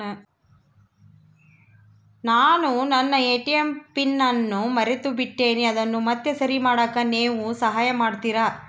ನಾನು ನನ್ನ ATM pin ಅನ್ನು ಮರೆತುಬಿಟ್ಟೇನಿ ಅದನ್ನು ಮತ್ತೆ ಸರಿ ಮಾಡಾಕ ನೇವು ಸಹಾಯ ಮಾಡ್ತಿರಾ?